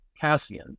Cassian